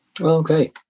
Okay